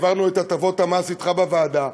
העברנו את הטבות המס אתך בוועדה,